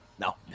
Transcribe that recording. No